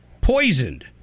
Poisoned